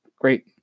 Great